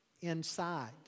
inside